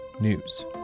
news